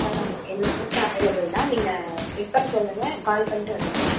பண்ணலாம் ma'am available தான் நீங்கள் எப்போன்னு சொல்லுங்கள் கால் பண்ணிட்டு வந்துருங்க மேம்